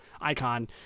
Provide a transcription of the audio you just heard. icon